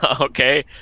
okay